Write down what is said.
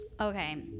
Okay